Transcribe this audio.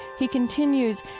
he continues,